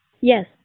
Yes